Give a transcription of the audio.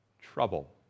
trouble